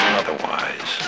otherwise